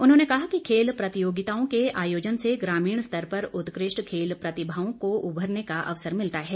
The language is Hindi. उन्होंने कहा कि खेल प्रतियोगिताओं के आयोजन से ग्रामीण स्तर पर उत्कृष्ट खेल प्रतिभाओं को उभरने का अवसर मिलता है